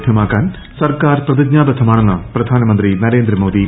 ലഭൃമാക്കാൻ സർക്കാർ പ്രതിജ്ഞാബദ്ധമാണെന്ന് പ്രധാനമന്ത്രി നരേന്ദ്രമോദി